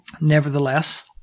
Nevertheless